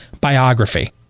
biography